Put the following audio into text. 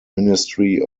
ministry